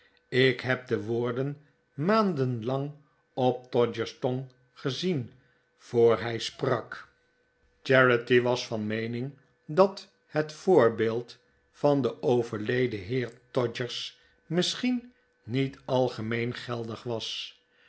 ik heb de woorden maanden lang op todgers tong gezien voor hij sprak maarten chuzzlewit charity was van meening dat het voorbeeld van den overleden heer todgers misschien niet algemeen geldig was